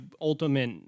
Ultimate